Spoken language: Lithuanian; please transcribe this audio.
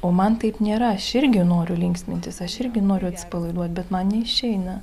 o man taip nėra aš irgi noriu linksmintis aš irgi noriu atsipalaiduot bet man neišeina